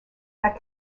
that